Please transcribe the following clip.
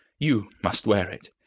you must wear it.